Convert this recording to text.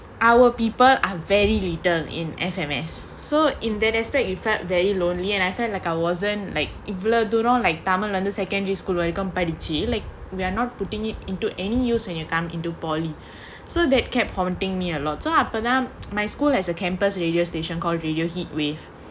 our people are very little in F_M_S so in that aspect you felt very lonely and I felt like I wasn't like if you do not like tamil and the secondary school வரைக்கும் படிச்சி:varaikkum padichi like we're not putting it into any use when you come into polytechnic so that kept haunting me a lot so after that my school has a campus radio station called radio heatwave